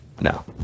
No